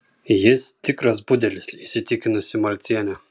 jis tikras budelis įsitikinusi malcienė